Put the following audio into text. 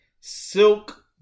silk